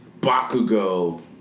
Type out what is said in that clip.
Bakugo